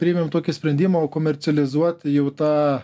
priėmėm tokį sprendimą o komercializuoti jau tą